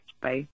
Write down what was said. bye